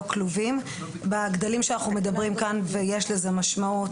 כלובים בגדלים בהם אנחנו מדברים כאן ויש לזה משמעות